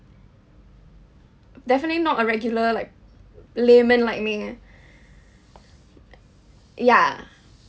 definitely not a regular like layman like me ah ya